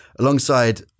alongside